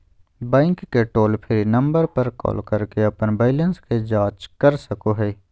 bank के toll free number पर call करके अपन बैलेंस के जांच कर सको हइ